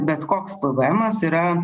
bet koks pvemas yra